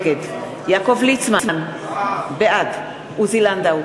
נגד יעקב ליצמן, בעד עוזי לנדאו,